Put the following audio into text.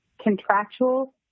contractual